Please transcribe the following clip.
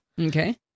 Okay